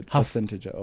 percentage